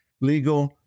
Legal